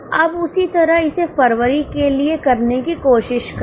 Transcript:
अब उसी तरह इसे फरवरी के लिए करने की कोशिश करें